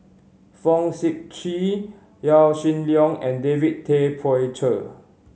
Fong Sip Chee Yaw Shin Leong and David Tay Poey Cher